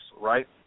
right